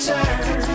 Turn